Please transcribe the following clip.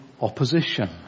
opposition